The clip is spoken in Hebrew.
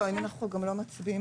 אם אנחנו לא מצביעים,